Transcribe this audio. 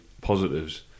positives